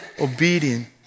obedient